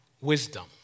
wisdom